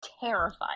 terrified